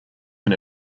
can